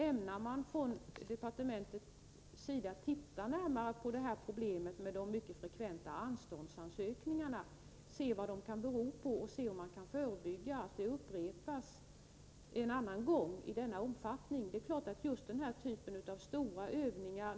Ämnar departementet se närmare på problemet med de mycket frekventa anståndsansökningarna? Kan man se efter vad den stora frekvensen kan bero på och se om det går att hindra att det en annan gång blir lika stor omfattning?